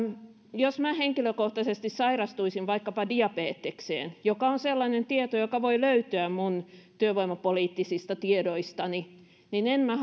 jos minä henkilökohtaisesti sairastuisin vaikkapa diabetekseen mikä on sellainen tieto joka voi löytyä minun työvoimapoliittista tiedoistani niin en minä